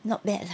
not bad lah